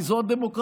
כי זאת הדמוקרטיה.